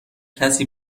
کسی